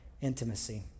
intimacy